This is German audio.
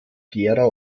gera